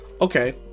okay